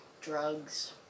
drugs